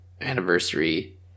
Anniversary